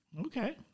Okay